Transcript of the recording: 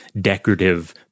decorative